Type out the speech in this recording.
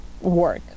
work